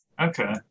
Okay